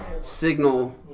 signal